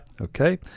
Okay